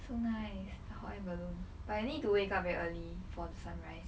so nice however but I need to wake up very early for the sunrise